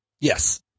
Yes